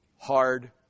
hard